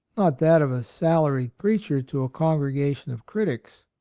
not that of a salaried preacher to a congregation of critics.